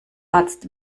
arzt